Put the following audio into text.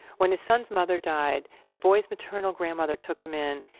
when his son's mother died, the boy's maternal grandmother took him in,